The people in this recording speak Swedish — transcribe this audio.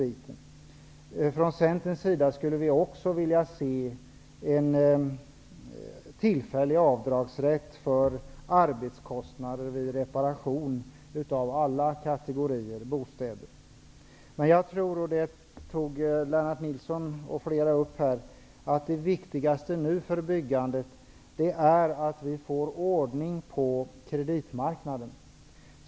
Vi från Centern skulle också vilja se en tillfällig avdragsrätt för arbetskostnader vid reparation av alla kategorier av bostäder. Jag tror att det viktigaste nu för byggandet, vilket även Lennart Nilsson tog upp, är att vi får ordning på kreditmarknaden.